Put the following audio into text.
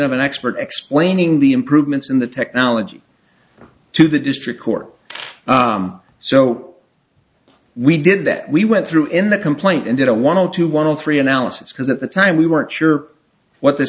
of an expert explaining the improvements in the technology to the district court so we did that we went through in the complaint and did a one hundred two one three analysis because at the time we weren't sure what th